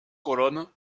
colonnes